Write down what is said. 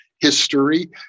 history